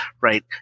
right